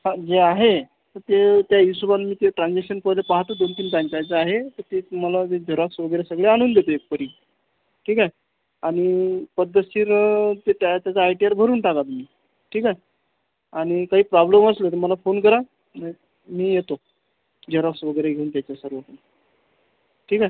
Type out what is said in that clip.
हा जे आहे तर ते त्या हिशेबानं मी ते ट्रान्झेक्शन परत पाहतो दोन तीन बँकेचा आहे तर ते तुम्हाला मी झेरॉक्स वगैरे सगळे आणून देते इतपर्यंत ठीक आहे आणि पद्धतशीर ते त्या त्याचं आय टी आर भरून टाका तुम्ही ठीक आहे आणि काही प्रॉब्लेम असलं तर मला फोन करा मी मी येतो झेरॉक्स वगैरे घेऊन त्याचे सर्व काय ठीक आहे